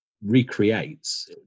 recreates